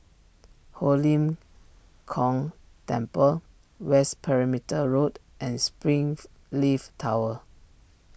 Ho Lim Kong Temple West Perimeter Road and springs leaf Tower